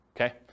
okay